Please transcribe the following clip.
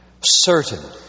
certain